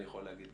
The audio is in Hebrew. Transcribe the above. אני יכול להגיד,